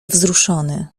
wzruszony